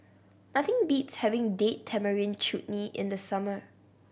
nothing beats having Date Tamarind Chutney in the summer